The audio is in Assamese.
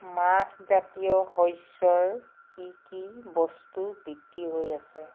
মাহজাতীয় শস্যৰ কি কি বস্তু বিক্ৰী হৈ আছে